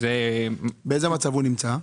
באיזה מצב הוא נמצא?